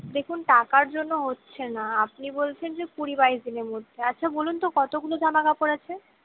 দেখুন টাকার জন্য হচ্ছে না আপনি বলছেন যে কুড়ি বাইশ দিনের মধ্যে আচ্ছা বলুন তো কতগুলো জামাকাপড় আছে